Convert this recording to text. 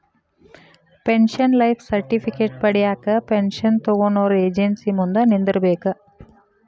pension life certificate ಪಡ್ಯಾಕ pension ತೊಗೊನೊರ agency ಮುಂದ ನಿಂದ್ರಬೇಕ್